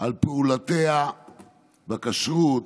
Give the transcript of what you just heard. על פעולותיה בכשרות,